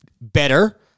better